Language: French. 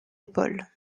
épaules